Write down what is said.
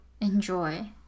enjoy